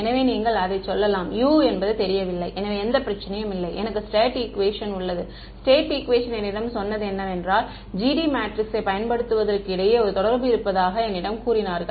எனவே நீங்கள் அதைச் சொல்லலாம் U என்பது தெரியவில்லை எந்த பிரச்சனையும் இல்லை எனக்கு ஸ்டேட் ஈக்குவேஷன் உள்ளது ஸ்டேட் ஈக்குவேஷன் என்னிடம் சொன்னது என்னவென்றால் GD மேட்ரிக்ஸைப் பயன்படுத்துவதற்கு இடையே ஒரு தொடர்பு இருப்பதாக என்னிடம் கூறினார்கள்